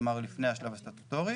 כלומר לפני השלב הסטטוטורי.